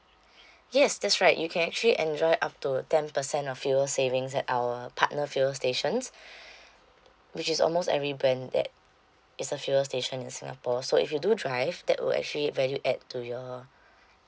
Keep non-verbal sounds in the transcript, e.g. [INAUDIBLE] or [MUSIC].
[BREATH] yes that's right you can actually enjoy up to ten percent of fuel savings at our partner fuel stations [BREATH] which is almost every brand that it's a fuel station in singapore so if you do drive that would actually value add to your